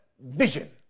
vision